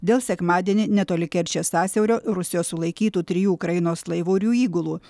dėl sekmadienį netoli kerčės sąsiaurio rusijos sulaikytų trijų ukrainos laivų ir jų įgulų